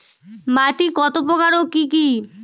মাটি কত প্রকার ও কি কি?